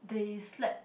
they slept